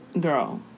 girl